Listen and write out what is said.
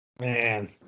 man